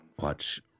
watch